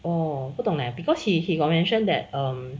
哦不懂 leh because he he got mentioned that um